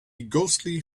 ghostly